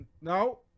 No